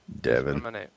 Devin